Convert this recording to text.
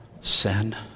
sin